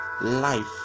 life